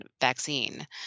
vaccine